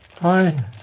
Hi